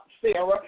Sarah